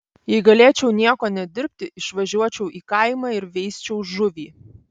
jei galėčiau nieko nedirbti išvažiuočiau į kaimą ir veisčiau žuvį